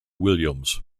williams